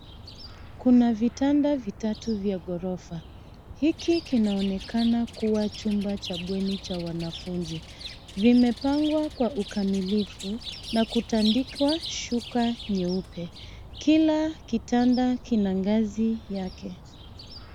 Kuna vitanda vitatu vya ghorofa . Hiki kinaonekana kuwa chumba cha bweni cha wanafunzi. Vimepangwa kwa ukamilifu na kutandikwa shuka nyeupe. Kila kitanda kina ngazi yake.